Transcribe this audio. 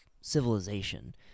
civilization